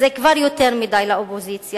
זה כבר יותר מדי לאופוזיציה,